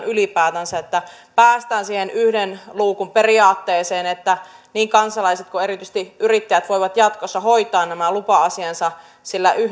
ylipäätänsä pitäisi myös päästä siihen yhden luukun periaatteeseen niin että niin kansalaiset kuin erityisesti yrittäjät voivat jatkossa hoitaa nämä lupa asiansa sillä